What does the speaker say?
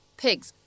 pigs